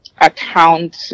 account